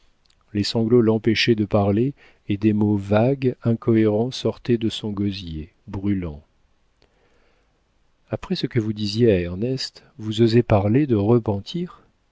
les sanglots l'empêchaient de parler et des mots vagues incohérents sortaient de son gosier brûlant après ce que vous disiez à ernest vous osez parler de repentir